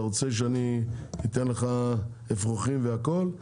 אתה רוצה שאני אתן לך אפרוחים והכל?